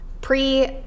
pre